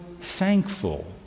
thankful